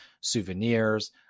souvenirs